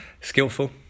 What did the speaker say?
skillful